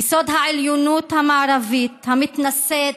יסוד העליונות המערבית, המתנשאת